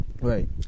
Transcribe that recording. Right